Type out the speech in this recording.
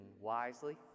wisely